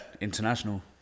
international